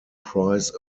prize